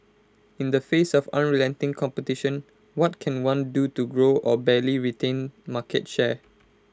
in the face of unrelenting competition what can one do to grow or barely retain market share